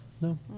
No